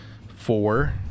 Four